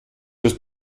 hast